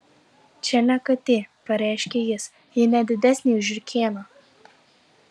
čia ne katė pareiškė jis ji ne didesnė už žiurkėną